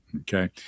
Okay